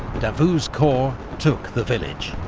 davout's corps took the village,